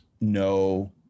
no